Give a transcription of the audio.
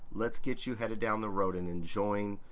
let's get you headed down the road and enjoying